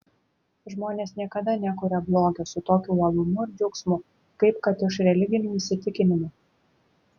žmonės niekada nekuria blogio su tokiu uolumu ir džiaugsmu kaip kad iš religinių įsitikinimų